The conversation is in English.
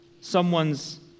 someone's